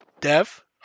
Dev